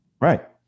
Right